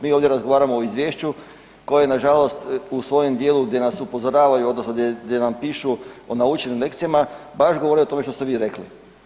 Mi ovdje razgovaramo o izvješću koje nažalost u svojem dijelu gdje nas upozoravaju odnosno gdje nam pišu o naučenim lekcijama baš govore o tome što ste vi rekli.